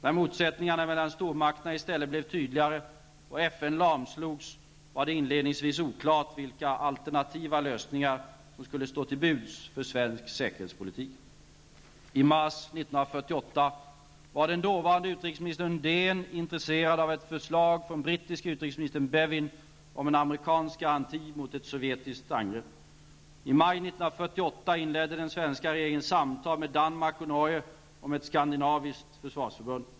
När motsättningarna mellan stormakterna i stället blev tydligare och FN lamslogs, var det inledningsvis oklart vilka alternativa lösningar som skulle stå till buds för svensk säkerhetspolitik. Undén intresserad av ett förslag från brittiske utrikesministern Bevin om en amerikansk garanti mot ett sovjetiskt angrepp. I maj 1948 inledde den svenska regeringen samtal med Danmark och Norge om ett skandinaviskt försvarsförbund.